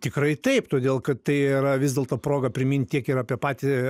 tikrai taip todėl kad tai yra vis dėlto proga primint tiek ir apie patį